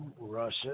Russia